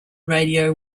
radio